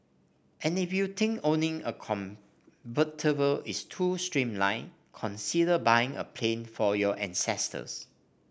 and if you think owning a convertible is too mainstream consider buying a plane for your ancestors